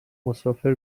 مسافر